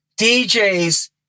DJs